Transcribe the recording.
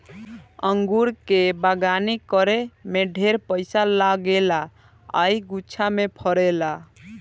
अंगूर के बगानी करे में ढेरे पइसा लागेला आ इ गुच्छा में फरेला